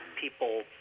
people